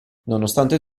nonostante